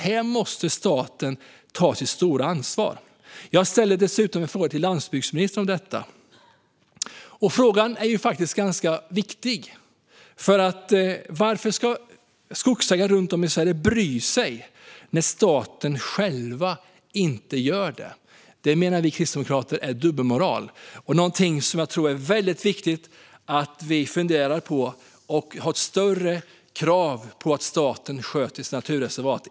Här måste staten ta sitt fulla ansvar. Jag har ställt en fråga om detta till landsbygdsministern, och det är faktiskt en ganska viktig fråga: Varför ska skogsägare runt om i Sverige bry sig när staten själv inte gör det? Det menar vi kristdemokrater är dubbelmoral. Jag tror att det är viktigt att vi funderar på detta och ställer högre krav på att staten sköter sina naturreservat.